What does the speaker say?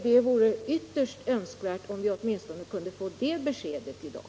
Det vore ytterst önskvärt om vi-kunde få åtminstone det beskedet i dag.